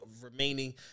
remaining